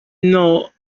not